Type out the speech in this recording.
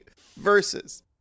versus